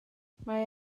mae